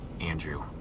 Andrew